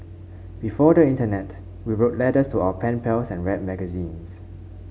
before the Internet we wrote letters to our pen pals and read magazines